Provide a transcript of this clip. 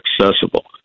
accessible